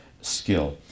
skill